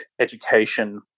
education